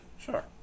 Sure